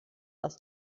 aus